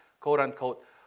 quote-unquote